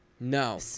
no